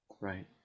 Right